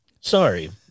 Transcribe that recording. Sorry